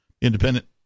independent